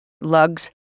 lugs